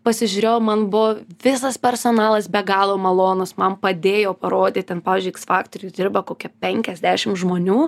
pasižiūrėjau man buvo visas personalas be galo malonus man padėjo parodė ten pavyzdžiui iks faktoriuj dirba kokia penkiasdešim žmonių